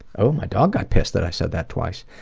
oh, my dog got pissed that i said that twice.